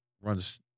runs